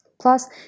Plus